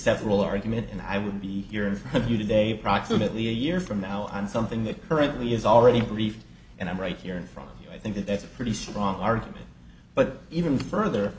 several argument and i would be here in front of you today proximately a year from now on something that currently is already brief and i'm right here in front i think that's a pretty strong argument but even further